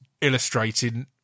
illustrating